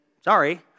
sorry